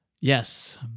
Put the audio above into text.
Yes